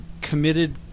committed